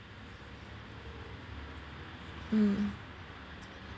mm